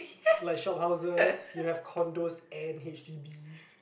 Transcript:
like shophouses you have condos and H_D_Bs